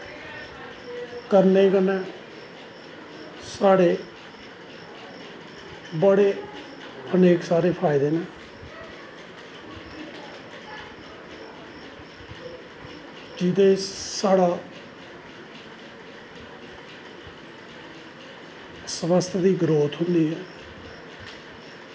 करने कन्नै साढ़े बड़े अनेक सारे फायदे न जेह्दे च साढ़ा स्वास्थ दी ग्रोथ होंदी ऐ